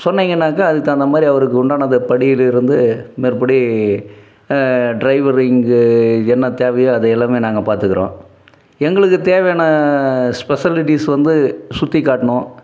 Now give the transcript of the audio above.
சொன்னிங்கனாக்க அதுக்கு தகுந்த மாதிரி அவருக்கு உண்டானது படிலிருந்து மேற்படி ட்ரைவர் இங்கு என்ன தேவையோ அது எல்லாமே நாங்கள் பார்த்துக்கறோம் எங்களுக்கு தேவையான ஸ்பெஷாலிட்டிஸ் வந்து சுற்றி காட்டணும்